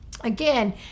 Again